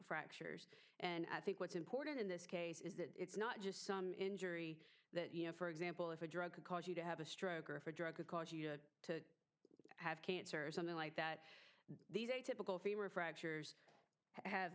fractures and i think what's important in this case is that it's not just some injury that you know for example if a drug could cause you to have a stroke or if a drug could cause you to have cancer or something like that these atypical femur fractures have